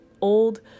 old